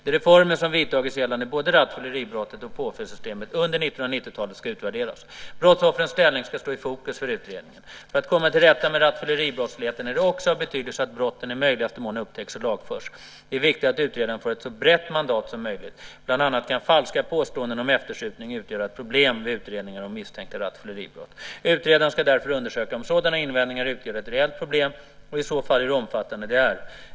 De reformer som vidtagits gällande både rattfylleribrottet och påföljdssystemet under 1990-talet ska utvärderas. Brottsoffrens ställning ska stå i fokus för utredningen. För att komma till rätta med rattfylleribrottsligheten är det också av betydelse att brotten i möjligaste mån upptäcks och lagförs. Det är viktigt att utredaren får ett så brett mandat som möjligt. Bland annat kan falska påståenden om eftersupning utgöra ett problem vid utredningar om misstänkta rattfylleribrott. Utredaren ska därför undersöka om sådana invändningar utgör ett reellt problem och i så fall hur omfattande det är.